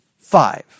five